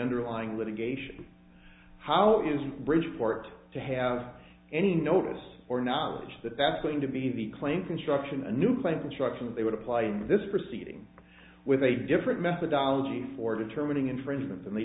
underlying litigation how is it bridgeport to have any notice or knowledge that that's going to be the claim construction a new claim construction they would apply in this proceeding with a different methodology for determining infringement than they